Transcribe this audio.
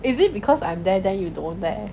is it because I'm there then you don't dare